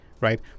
Right